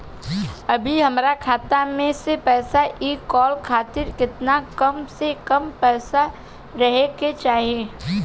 अभीहमरा खाता मे से पैसा इ कॉल खातिर केतना कम से कम पैसा रहे के चाही?